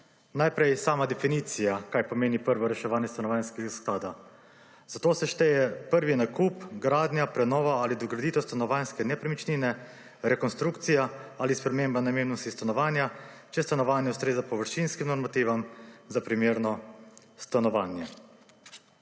Najprej sama definicija, kaj pomeni prvo reševanje Stanovanjskega sklada. Za to se šteje prvi nakup, gradnja, prenov ali dograditev stanovanjske nepremičnine, rekonstrukcija ali sprememba namembnosti stanovanja, če stanovanje ustreza površinskim normativom za primerno stanovanje.